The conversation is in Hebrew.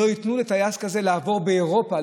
לא ייתנו לטייס כזה לעבור באירופה,